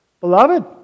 beloved